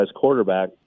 quarterback